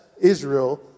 Israel